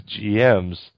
GMs